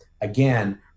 again